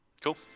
Cool